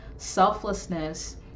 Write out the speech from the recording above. Selflessness